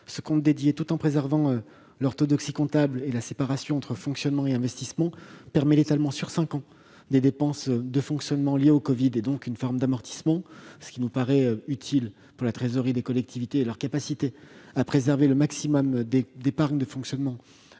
Ce compte, tout en préservant l'orthodoxie comptable et la séparation entre fonctionnement et investissement, permet l'étalement sur cinq ans des dépenses de fonctionnement liées au covid, et donc une forme d'amortissement. Cela nous paraît utile pour la trésorerie des collectivités et pour leurs capacités à préserver le maximum d'épargne de fonctionnement